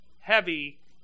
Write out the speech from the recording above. heavy